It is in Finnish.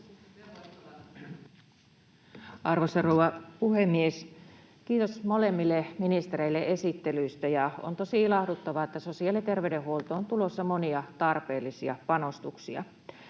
Arvoisa rouva puhemies! Kiitos molemmille ministereille esittelyistä. On tosi ilahduttavaa, että sosiaali- ja terveydenhuoltoon on tulossa monia tarpeellisia panostuksia.